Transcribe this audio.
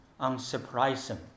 unsurprising